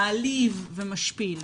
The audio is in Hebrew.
מעליב ומשפיל.